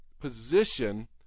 position